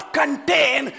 contain